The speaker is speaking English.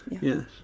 Yes